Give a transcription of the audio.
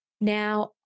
Now